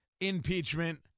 impeachment